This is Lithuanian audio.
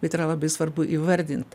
bet yra labai svarbu įvardint